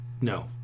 No